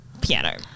piano